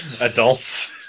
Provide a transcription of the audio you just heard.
Adults